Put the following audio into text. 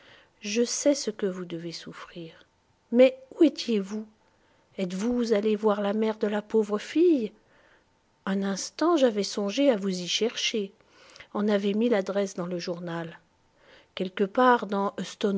je sais ce que vous devez souffrir mais où étiez-vous êtes-vous allé voir la mère de la pauvre fille un instant j'avais songé à vous y chercher on avait mis l'adresse dans le journal quelque part dans